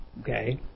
Okay